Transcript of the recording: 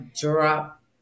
drop